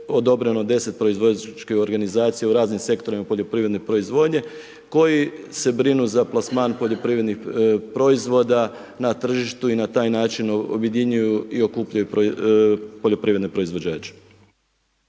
odobreno 10 proizvođačkih organizacija u raznim sektorima poljoprivredne proizvodnje koji se brinu za plasman poljoprivrednih proizvoda na tržištu i na taj način objedinjuju i okupljaju poljoprivredne proizvođače.